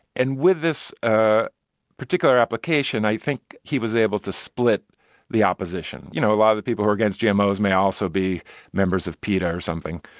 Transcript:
and with this ah particular application, i think he was able to split the opposition. you know, a lot of the people who are against gmos may also be members of peta or something.